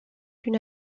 une